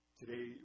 today